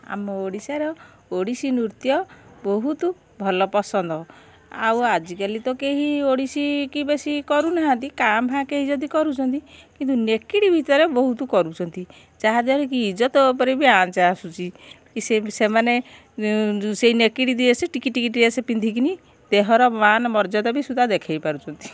ଆମ ଓଡ଼ିଶାର ଓଡ଼ିଶୀ ନୃତ୍ୟ ବହୁତ ଭଲ ପସନ୍ଦ ଆଉ ଆଜିକାଲି ତ କେହି ଓଡ଼ିଶୀ କି କେହି କରୁନାହାଁନ୍ତି କାଁ ଭାଁ କେହି ଯଦି କରୁଛନ୍ତି କିନ୍ତୁ ନେକେଡ଼ି ଭିତରେ ବହୁତ କରୁଛନ୍ତି ଯାହାଦ୍ୱାରାକି ଇଜତ ଉପରେ ବି ଆଞ୍ଚ ଆସୁଛି କି ସେ ସେମାନେ ସେଇ ନେକେଡ଼ି ଡ୍ରେସ ଟିକି ଟିକି ଡ୍ରେସ ପିନ୍ଧିକିନି ଦେହର ମନ ମର୍ଯ୍ୟାଦା ବି ସୁଦ୍ଧା ଦେଖାଇ ପାରୁଛନ୍ତି